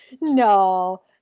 No